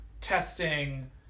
testing